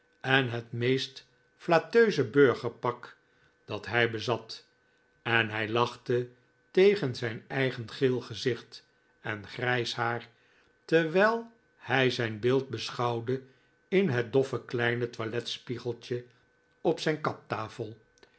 en het meest flatteuzc burgerpak dat hij bezat en hij lachte tegen zijn eigen geel gezicht en grijs haar terwijl hij zijn beeld beschouwde in het doffe kleine toiletspiegeltje op zijn kaptafel